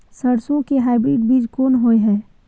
सरसो के हाइब्रिड बीज कोन होय है?